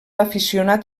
aficionat